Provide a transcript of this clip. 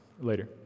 later